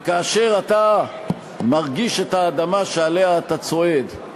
וכאשר אתה מרגיש את האדמה שעליה אתה צועד,